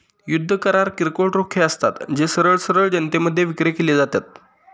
युद्ध करार किरकोळ रोखे असतात, जे सरळ सरळ जनतेमध्ये विक्री केले जातात